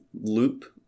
Loop